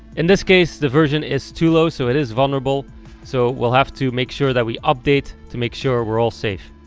in this case the version is too low so it is vulnerable so we'll have to make sure that we update to make sure we're all safe.